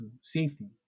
safety